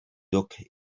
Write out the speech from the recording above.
duck